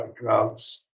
drugs